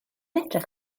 edrych